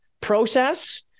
process